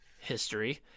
History